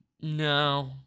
No